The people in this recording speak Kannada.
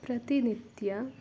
ಪ್ರತಿನಿತ್ಯ